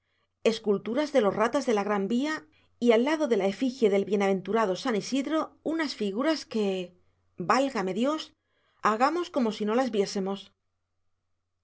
esculturas de los ratas de la gran vía y al lado de la efigie del bienaventurado san isidro unas figuras que válgame dios hagamos como si no las viésemos